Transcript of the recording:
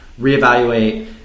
Reevaluate